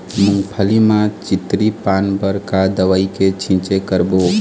मूंगफली म चितरी पान बर का दवई के छींचे करबो?